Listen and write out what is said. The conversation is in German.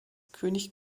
könig